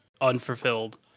unfulfilled